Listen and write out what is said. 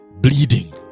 Bleeding